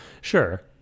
Sure